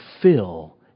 fill